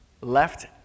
left